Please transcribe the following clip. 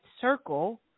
circle